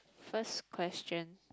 first question